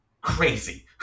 crazy